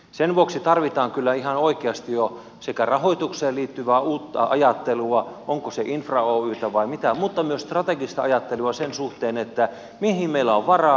sen vuoksi tarvitaan kyllä ihan oikeasti jo sekä rahoitukseen liittyvää uutta ajattelua onko se infra oytä vai mitä että myös strategista ajattelua sen suhteen mihin meillä on varaa